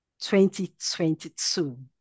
2022